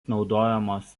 naudojamos